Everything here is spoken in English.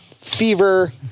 fever